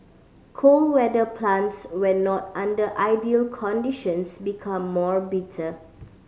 cold weather plants when not under ideal conditions become more bitter